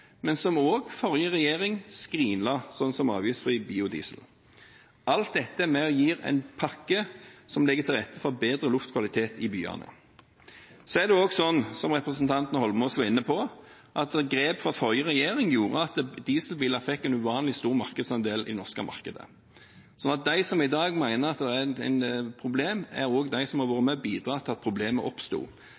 men som også forrige regjering skrinla, som f.eks. avgiftsfri biodiesel. Alt dette er med på å gi en pakke som legger til rette for bedre luftkvalitet i byene. Så er det også sånn, som representanten Eidsvoll Holmås var inne på, at grep fra den forrige regjering gjorde at dieselbiler fikk en uvanlig stor markedsandel i det norske markedet. Så de som i dag mener at det er et problem, er også de som har vært med og bidratt til at problemet oppsto.